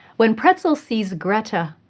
when pretzel sees greta,